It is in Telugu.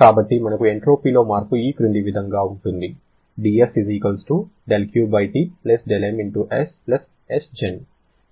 కాబట్టి మనకు ఎంట్రోపీలో మార్పు ఈ క్రింది విధంగా ఉంటుంది